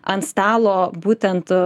ant stalo būtent